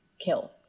kill